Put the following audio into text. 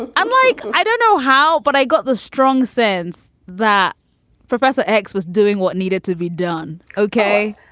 and i'm like i don't know how, but i got the strong sense that professor x was doing what needed to be done. ok.